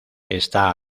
está